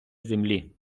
землі